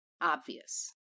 obvious